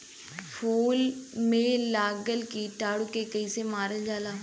फूल में लगल कीटाणु के कैसे मारल जाला?